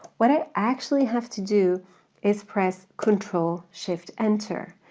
what i actually have to do is press control shift enter.